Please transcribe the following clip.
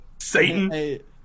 Satan